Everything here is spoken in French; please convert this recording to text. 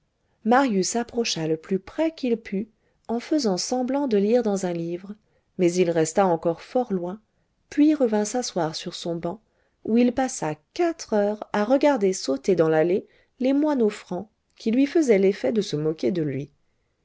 marius approcha le plus près qu'il put en faisant semblant de lire dans un livre mais il resta encore fort loin puis revint s'asseoir sur son banc où il passa quatre heures à regarder sauter dans l'allée les moineaux francs qui lui faisaient l'effet de se moquer de lui